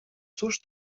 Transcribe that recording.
cóż